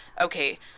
Okay